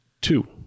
two